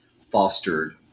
fostered